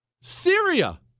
Syria